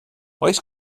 oes